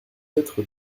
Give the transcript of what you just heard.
être